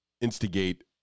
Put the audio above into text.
instigate